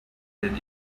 did